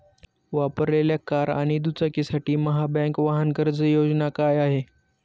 वापरलेल्या कार आणि दुचाकीसाठी महाबँक वाहन कर्ज योजना काय आहे?